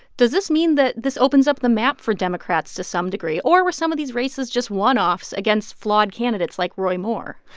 does this mean that this opens up the map for democrats, to some degree, or were some of these races just one-offs against flawed candidates like roy moore?